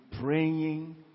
praying